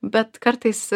bet kartais